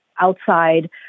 outside